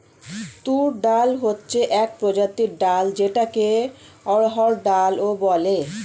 তুর ডাল হচ্ছে এক প্রজাতির ডাল যেটাকে অড়হর ডাল ও বলে